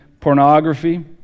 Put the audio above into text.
Pornography